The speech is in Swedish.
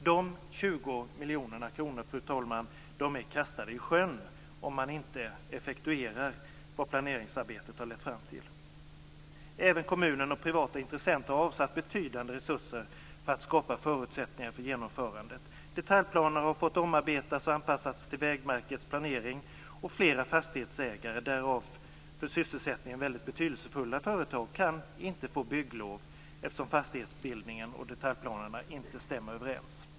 De 20 miljonerna, fru talman, är kastade i sjön om man inte effektuerar vad planeringsarbetet har lett fram till. Även kommunen och privata intressenter har avsatt betydande resurser för att skapa förutsättningar för genomförandet. Detaljplaner har fått omarbetas och anpassats till Vägverkets planering och flera fastighetsägare, därav för sysselsättningen väldigt betydelsefulla företag, kan inte få bygglov eftersom fastighetsbildningen och detaljplanerna inte stämmer överens.